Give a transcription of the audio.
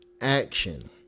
action